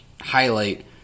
highlight